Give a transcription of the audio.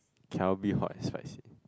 tell me hot and spicy